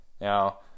Now